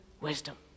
Wisdom